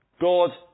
God